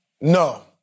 No